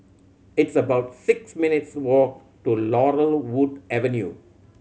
it's about six minutes' walk to Laurel Wood Avenue